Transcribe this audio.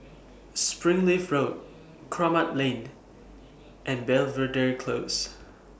Springleaf Road Kramat Lane and Belvedere Close